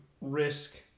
risk